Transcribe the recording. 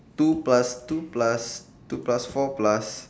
two plus two plus two plus four plus